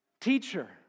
Teacher